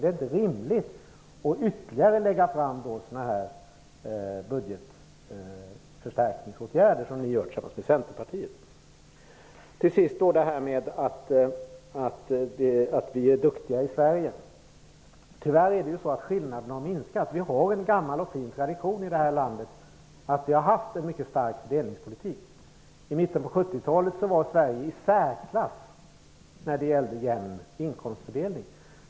Det är inte rimligt att då lägga fram ytterligare budgetförstärkningsåtgärder som ni gör tillsammans med Centerpartiet. Till sist vill jag säga något om detta att vi är duktiga i Sverige. Tyvärr har skillnaderna minskat. Vi har en gammal och fin tradition i det här landet när det gäller att vi har haft en mycket stark fördelningspolitik. I mitten av 1970-talet var Sverige i särklass när det gällde en jämn inkomstfördelning.